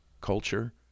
culture